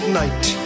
night